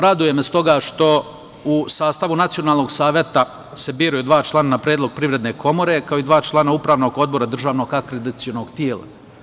Raduje me stoga što u sastavu Nacionalnog saveta se biraju dva člana na predlog Privredne komore, kao i dva člana Upravnog odbora državnog akreditacionog tela.